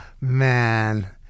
man